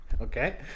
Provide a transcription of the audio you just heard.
okay